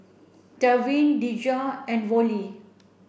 Trevin Dejah and Vollie